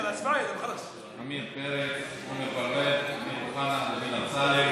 עמיר פרץ, עמר בר-לב, אמיר אוחנה, דוד אמסלם.